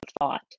thought